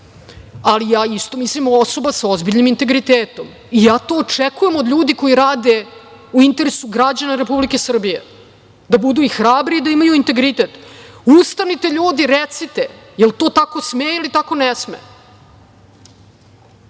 ali isto mislim osoba sa posebnim integritetom. Ja to očekujem od ljudi koji rade u interesu građana Republike Srbije, da budu i hrabri i da imaju integritet. Ustanite, ljudi i recite, da li to tako sme, ili to ne sme.